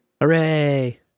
Hooray